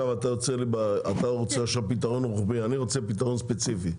אתה רוצה עכשיו פתרון רוחבי - אני רוצה פתרון ספציפי,